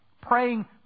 Praying